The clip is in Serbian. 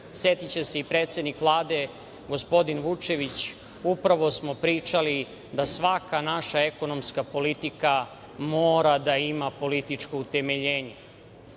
setiće se i predsednik Vlade, gospodin Vučević, upravo smo pričali da svaka naša ekonomska politika mora da ima političko utemeljenje.